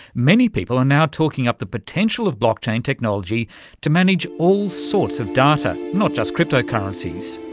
many people are now talking up the potential of blockchain technology to manage all sorts of data, not just crypto-currencies.